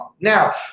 Now